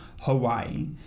Hawaii